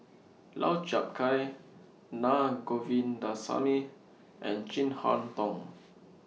Lau Chiap Khai Na Govindasamy and Chin Harn Tong